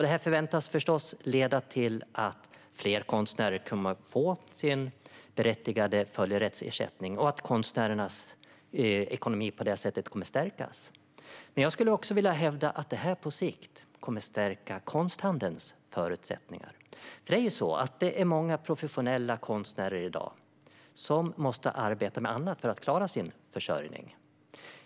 Detta förväntas förstås leda till att fler konstnärer kommer att få sin berättigade följerättsersättning och att konstnärernas ekonomi på det sättet kommer att stärkas. Men jag skulle också vilja hävda att detta på sikt kommer att stärka konsthandelns förutsättningar. Många professionella konstnärer måste i dag arbeta med annat för att klara sin försörjning.